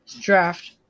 draft